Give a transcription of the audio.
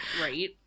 Right